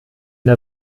der